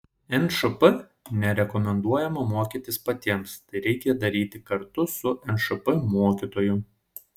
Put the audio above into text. nšp nerekomenduojama mokytis patiems tai reikia daryti kartu su nšp mokytoju